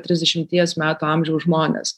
trisdešimties metų amžiaus žmonės